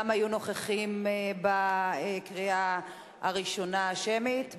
אלה שלא היו נוכחים בקריאה השמית הראשונה.